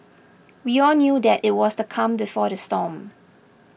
we all knew that it was the calm before the storm